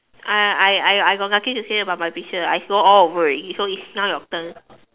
I I I I got nothing to say about my picture I say all over already so it's now your turn